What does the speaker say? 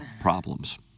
Problems